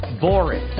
boring